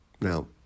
Now